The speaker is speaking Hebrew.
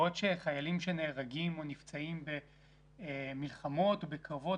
בעוד שחיילים שנהרגים או נפצעים במלחמות ובקרבות,